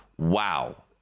Wow